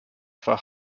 for